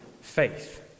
faith